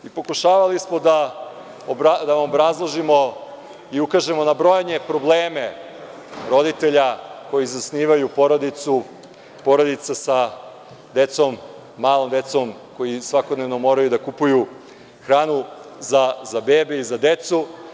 Pokušavali smo da vam obrazložimo i ukažemo na brojne probleme roditelja koji zasnivaju porodicu, porodica sa decom, malom decom, koji svakodnevno moraju da kupuju hranu za bebe i za decu.